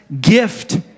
gift